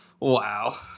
Wow